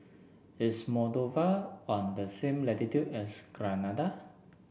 is Moldova on the same latitude as Grenada